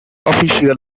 official